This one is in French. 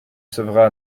sauvera